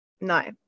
No